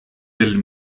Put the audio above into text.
del